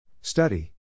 Study